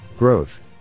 Growth